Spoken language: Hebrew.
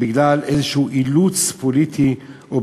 כלשהו בגלל אילוץ פוליטי כלשהו,